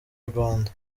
rwanda